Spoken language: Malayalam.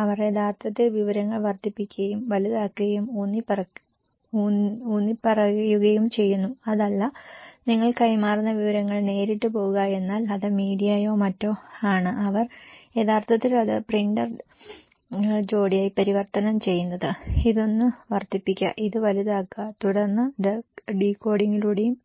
അവർ യഥാർത്ഥത്തിൽ വിവരങ്ങൾ വർദ്ധിപ്പിക്കുകയും വലുതാക്കുകയും ഊന്നിപ്പറയുകയും ചെയ്യുന്നു അതല്ല നിങ്ങൾ കൈമാറുന്ന വിവരങ്ങൾ നേരിട്ട് പോകുക എന്നാൽ അത് മീഡിയയോ മറ്റോ ആണ് അവർ യഥാർത്ഥത്തിൽ ഇത് പ്രിന്റർ ജോടിയായി പരിവർത്തനം ചെയ്യുന്നത് ഇതൊന്ന് വർദ്ധിപ്പിക്കുക ഇത് വലുതാക്കുക തുടർന്ന് ഇത് ഡീകോഡിംഗിലൂടെയും